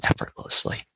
effortlessly